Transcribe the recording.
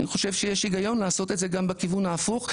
אני חושב שיש הגיון לעשות את זה גם בכיוון ההפוך,